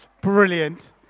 Brilliant